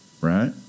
Right